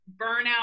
burnout